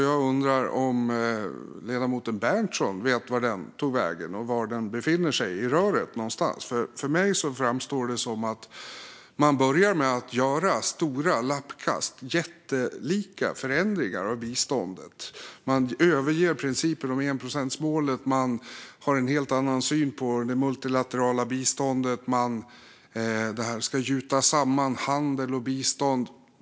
Jag undrar om ledamoten Berntsson vet vart den tog vägen och var i röret den befinner sig. För mig framstår det nämligen som att man börjar med stora lappkast och jättelika förändringar i biståndet. Man överger enprocentsmålet, och man har en helt annan syn på det multilaterala biståndet. Man säger att man ska gjuta samman handel och bistånd.